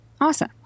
awesome